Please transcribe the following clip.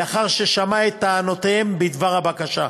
ולאחר ששמע את טענותיהם בדבר הבקשה,